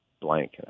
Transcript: blank